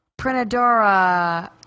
Prinadora